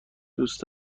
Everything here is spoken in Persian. دوست